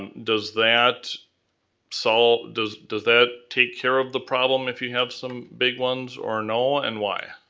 um does that solve, does does that take care of the problem if you have some big ones, or no, and why?